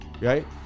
right